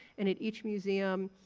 and in each museum,